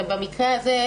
במקרה הזה,